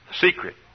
secret